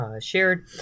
shared